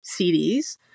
CDs